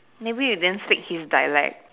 maybe you damn sick his dialect